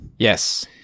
Yes